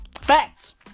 Facts